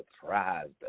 surprised